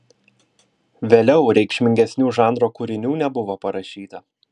vėliau reikšmingesnių žanro kūrinių nebuvo parašyta